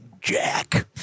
Jack